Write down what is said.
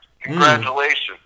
Congratulations